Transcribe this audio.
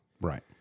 Right